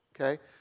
okay